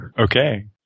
Okay